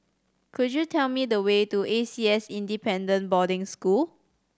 could you tell me the way to A C S Independent Boarding School